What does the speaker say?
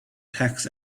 tax